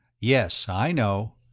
yes, i know.